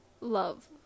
love